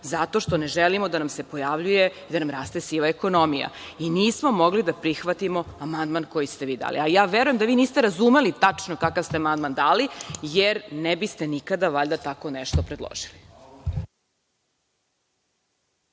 zato što ne želimo da nam se pojavljuje da nam raste siva ekonomija. I nismo mogli da prihvatimo amandman koji ste vi dali. A ja verujem da vi niste razumeli tačno kakav ste amandman dali, jer ne biste nikada, valjda, tako nešto predložili.(Boško